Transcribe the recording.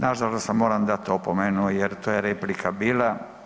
Nažalost vam moram dat opomenu jer to je replika bila.